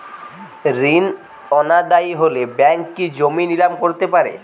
ঋণ অনাদায়ি হলে ব্যাঙ্ক কি জমি নিলাম করতে পারে?